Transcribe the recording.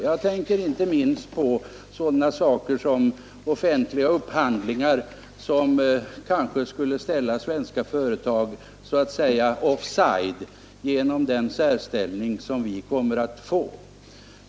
Jag tänker inte minst på sådana saker som offentliga upphandlingar, som kanske skulle ställa svenska företag så att säga off side genom den särställning som vi kommer att få.